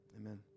Amen